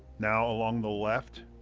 now along the left,